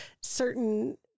certain